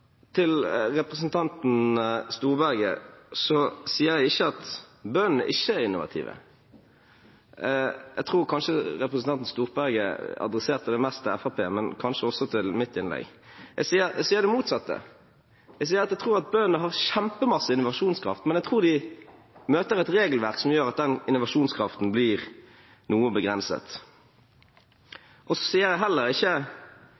til representanten Storberget. Jeg sier ikke at bøndene ikke er innovative. Jeg tror kanskje representanten Storberget adresserte det mest til Fremskrittspartiet – kanskje også til mitt innlegg. Jeg sier det motsatte. Jeg sier at jeg tror bøndene har kjempestor innovasjonskraft, men jeg tror de møter et regelverk som gjør at innovasjonskraften blir noe begrenset. Så sier jeg heller ikke,